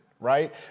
Right